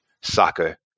soccer